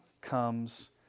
comes